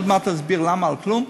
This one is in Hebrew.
ועוד מעט אסביר למה על כלום,